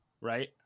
right